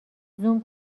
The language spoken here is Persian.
زوم